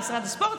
"משרד הספורט",